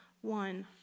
one